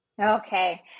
Okay